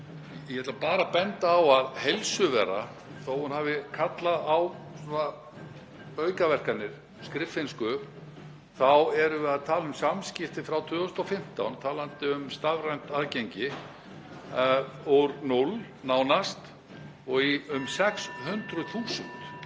ætla ég bara að benda á að Heilsuvera, þó að hún hafi kallað á aukaverkanir, skriffinnsku, þá erum við að tala um samskipti frá 2015, talandi um stafrænt aðgengi, úr 0 nánast og í um 600.000.